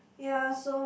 ya so